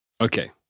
Okay